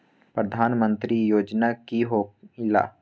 प्रधान मंत्री योजना कि होईला?